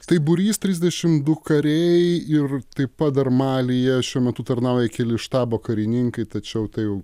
tai būrys trisdešim du kariai ir taip pat dar malyje šiuo metu tarnauja keli štabo karininkai tačiau tai jau